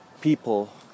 people